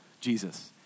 Jesus